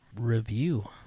Review